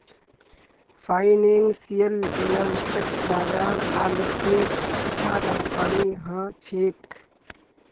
financial एनालिस्टक बाजार आर वित्तेर अच्छा जानकारी ह छेक